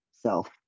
self